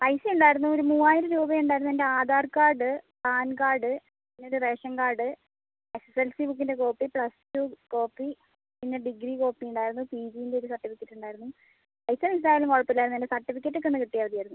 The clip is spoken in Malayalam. പൈസ ഉണ്ടായിരുന്നു ഒരു മൂവായിരം രൂപയുണ്ടായിരുന്നു എൻ്റെ ആധാർ കാർഡ് പാൻ കാർഡ് പിന്നെ ഒരു ration card S S L C ബുക്കിൻ്റെ കോപ്പി പ്ലസ്ടു കോപ്പി പിന്നെ ഡിഗ്രീ കോപ്പിയുണ്ടായിരുന്നു പി ജീൻ്റെ ഒരു സർട്ടിഫിക്കറ്റുണ്ടായിരുന്നു പൈസ മിസ്സായാലും കുഴപ്പമില്ലായിരുന്നു എൻ്റെ സർട്ടിഫിക്കറ്റൊക്കെയൊന്ന് കിട്ടിയാൽ മതിയായിരുന്നു